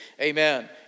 Amen